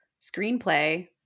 screenplay –